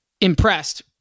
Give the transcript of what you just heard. impressed